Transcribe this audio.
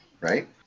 right